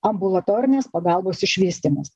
ambulatorinės pagalbos išvystymas